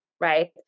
right